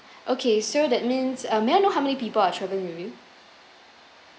okay so that means uh may I know how many people are traveling with you